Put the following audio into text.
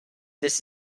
this